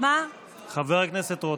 חבר הכנסת רוטמן.